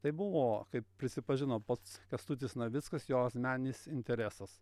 tai buvo kaip prisipažino pats kęstutis navickas jo asmeninis interesas